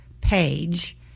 page